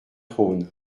trône